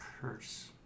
curse